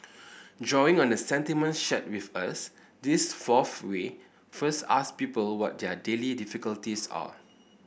drawing on the sentiments shared with us this fourth way first ask people what their daily difficulties are